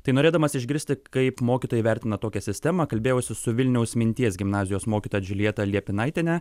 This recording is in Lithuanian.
tai norėdamas išgirsti kaip mokytojai vertina tokią sistemą kalbėjausi su vilniaus minties gimnazijos mokytoja džiuljeta liepinaitiene